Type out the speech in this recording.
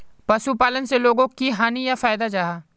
पशुपालन से लोगोक की हानि या फायदा जाहा?